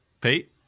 Pete